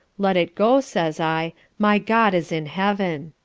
let it go says i my god is in heaven.